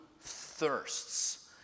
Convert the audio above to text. thirsts